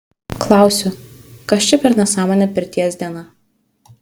klausiu kas čia per nesąmonė pirties diena